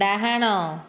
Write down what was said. ଡାହାଣ